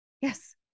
yes